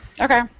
Okay